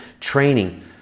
training